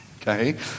okay